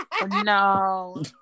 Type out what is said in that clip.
No